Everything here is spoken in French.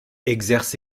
exerce